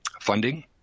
funding